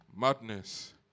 Madness